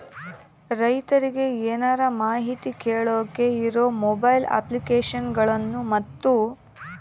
ರೈತರಿಗೆ ಏನರ ಮಾಹಿತಿ ಕೇಳೋಕೆ ಇರೋ ಮೊಬೈಲ್ ಅಪ್ಲಿಕೇಶನ್ ಗಳನ್ನು ಮತ್ತು?